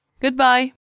Goodbye